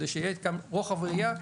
כדי שיהיה רוחב יריעה,